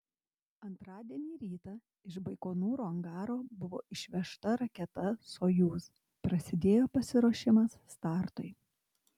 antradienį rytą iš baikonūro angaro buvo išvežta raketa sojuz prasidėjo pasiruošimas startui